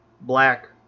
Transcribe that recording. black